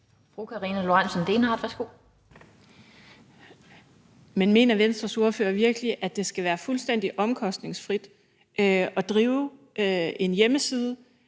Men mener Venstres ordfører virkelig, at det skal være fuldstændig omkostningsfrit at drive en hjemmeside,